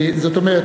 זאת אומרת,